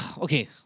okay